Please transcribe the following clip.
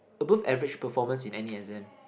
above average performance in any exam